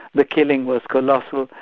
the killing was colossal,